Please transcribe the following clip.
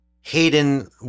Hayden